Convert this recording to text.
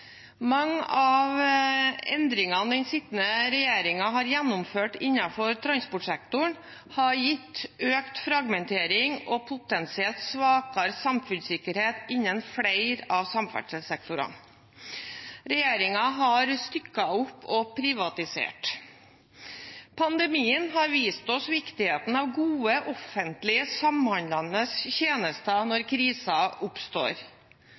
Mange av endringene den sittende regjeringen har gjennomført innenfor transportsektoren, har gitt økt fragmentering og potensielt svakere samfunnssikkerhet innen flere av samferdselssektorene. Regjeringen har stykket opp og privatisert. Pandemien har vist oss viktigheten av gode offentlige, samhandlende tjenester når kriser oppstår.